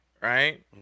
right